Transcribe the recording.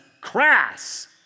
crass